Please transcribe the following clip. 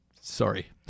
sorry